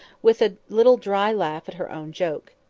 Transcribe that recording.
with a little dry laugh at her own joke.